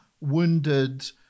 wounded